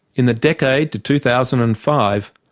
in the decade to two thousand and five,